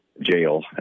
jail